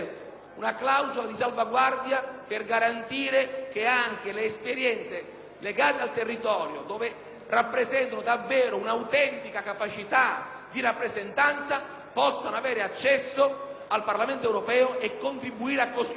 legate al territorio, ove siano caratterizzate da un'autentica capacità di rappresentanza, possano avere accesso al Parlamento europeo e contribuire a costruire l'anima europea.